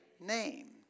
name